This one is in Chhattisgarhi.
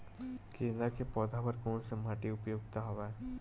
गेंदा के पौधा बर कोन से माटी उपयुक्त हवय?